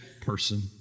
person